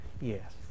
Yes